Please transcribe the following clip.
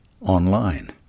online